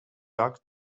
dark